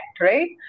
right